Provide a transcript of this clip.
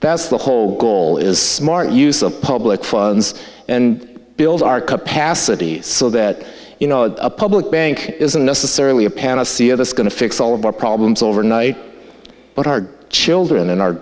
that's the whole goal is martin use of public funds and build our capacity so that you know a public bank isn't necessarily a panacea that's going to fix all of our problems overnight but our children and our